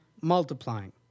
multiplying